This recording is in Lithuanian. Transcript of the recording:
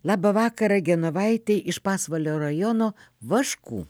labą vakarą genovaitei iš pasvalio rajono vaškų